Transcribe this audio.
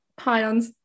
pions